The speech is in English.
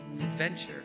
adventure